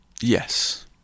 yes